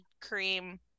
cream